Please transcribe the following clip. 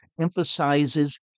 emphasizes